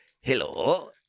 Hello